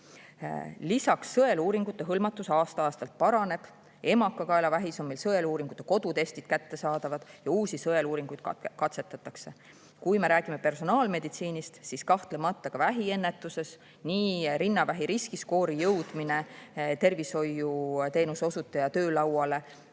Lisaks, sõeluuringute hõlmatus aasta-aastalt paraneb, emakakaelavähi sõeluuringuks on ka kodutestid kättesaadavad ja uusi sõeluuringuid katsetatakse. Kui me räägime personaalmeditsiinist, siis kahtlemata ka vähiennetuses – nii rinnavähi riskiskoori jõudmine tervishoiuteenuse osutaja töölauale